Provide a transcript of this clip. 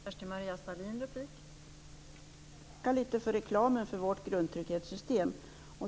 Fru talman! Jag tackar för reklamen för vårt grundtrygghetssystem.